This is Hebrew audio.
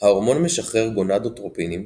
ההורמון משחרר גונדוטרופינים